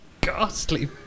ghastly